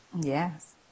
yes